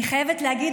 אני חייבת להגיד,